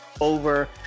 over